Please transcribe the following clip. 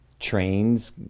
trains